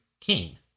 King